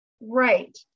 Right